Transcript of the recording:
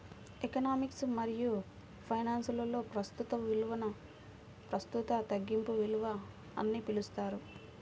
economics మరియుఫైనాన్స్లో, ప్రస్తుత విలువనుప్రస్తుత తగ్గింపు విలువ అని పిలుస్తారు